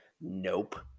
Nope